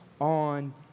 on